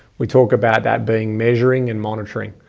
we talk about that being measuring and monitoring.